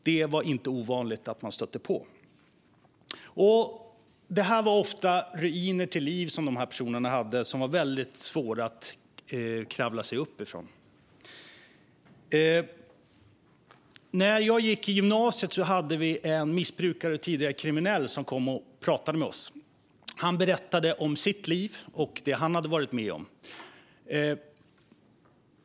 Dessa personer hade ofta ruiner till liv som det var svårt att kravla sig upp ifrån. När jag gick i gymnasiet hade vi en missbrukare och tidigare kriminell som kom och pratade med oss. Han berättade om sitt liv och vad han hade varit med om.